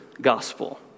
gospel